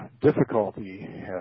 difficulty